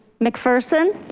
mcpherson.